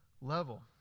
level